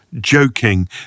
joking